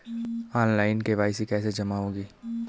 Online KYC कैसे जमा होगी?